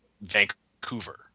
Vancouver